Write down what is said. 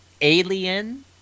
Alien